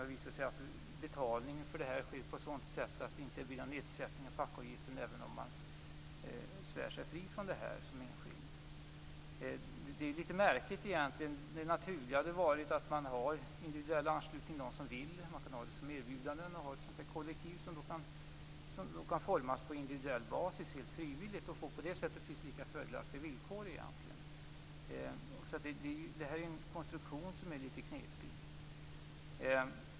Det visar sig många gånger att betalningen sker på ett sådant sätt att det inte blir någon nedsättning av fackavgiften för den enskilde som begär sig fri från det här. Detta är litet märkligt. Det naturliga hade varit att man hade haft individuell anslutning. Man kan ge ett erbjudande till ett kollektiv på individuell basis med helt frivillig anslutning. På det sättet kan man få egentligen precis lika fördelaktiga villkor.